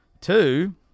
Two